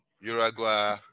Uruguay